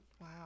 Wow